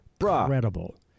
incredible